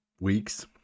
weeks